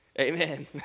Amen